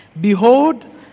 Behold